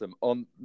on